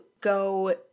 go